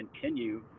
continue